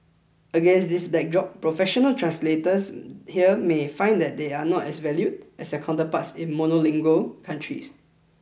against this backdrop professional translators here may find that they are not as valued as their counterparts in monolingual countries